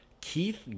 Keith